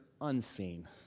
unseen